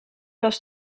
was